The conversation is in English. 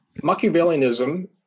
Machiavellianism